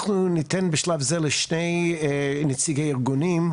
אנחנו ניתן בשלב זה לשני נציגי ארגונים,